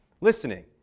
listening